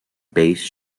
bass